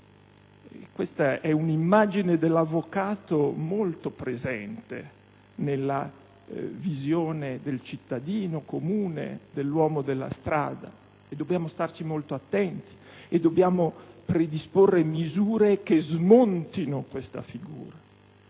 Questa è un'immagine dell'avvocato molto presente nella visione del cittadino comune, dell'uomo della strada; dobbiamo starci molto attenti e predisporre misure che tolgano spazio a questa figura.